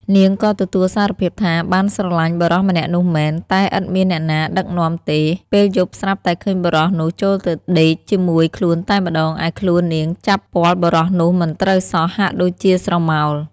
នាងក៏ទទួលសារភាពថា បានស្រឡាញ់បុរសម្នាក់នោះមែន តែឥតមានអ្នកណាដឹកនាំទេ ។ពេលយប់ស្រាប់តែឃើញបុរសនោះ ចូលទៅដេកជាមួយខ្លួនតែម្ដង ឯខ្លួននាងចាប់ពាល់បុរសនោះមិនត្រូវសោះ ហាក់ដូចជាស្រមោល ។